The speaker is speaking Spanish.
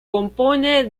compone